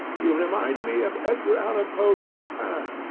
you remind me of edgar allen poe's dupin.